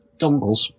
dongles